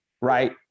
right